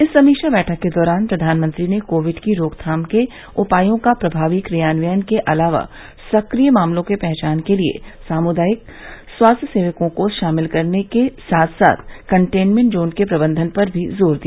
इस समीक्षा बैठक के दौरान प्रधानमंत्री ने कोविड की रोकथाम के उपायों का प्रमावी क्रियानवयन के अलावा सक्रिय मामलों के पहचान के लिए सामुदायिक स्वयंसेवकों को शामिल करने के साथ साथ कंटेनमेंट जोन के प्रबंधन पर भी जोर दिया